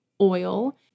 oil